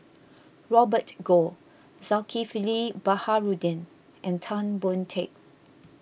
Robert Goh Zulkifli Baharudin and Tan Boon Teik